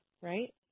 right